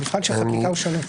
מבחן החקיקה שונה.